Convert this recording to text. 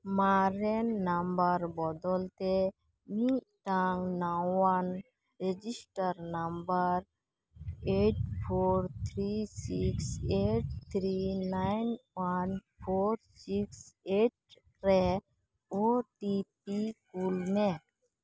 ᱢᱟᱨᱮᱱ ᱱᱟᱢᱵᱟᱨ ᱵᱚᱫᱚᱛᱮ ᱢᱤᱫᱴᱟᱝ ᱱᱟᱣᱟᱱ register number eight four three six eight three nine one four six eight ᱨᱮ ᱳ ᱴᱤ ᱯᱤ ᱠᱩᱞᱢᱮ